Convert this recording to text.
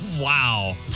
Wow